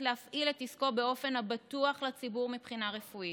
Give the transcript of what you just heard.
להפעיל את עסקו באופן הבטוח לציבור מבחינה רפואית.